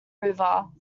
river